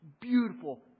beautiful